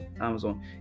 Amazon